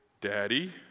daddy